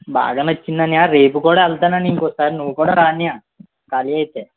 బాగా నచ్చింది అన్నయ్య రేపు కూడా వెళ్తాను అన్నయ్య ఇంకోసారి నువ్వు కూడా రా అన్నయ్య కాళీ అయితే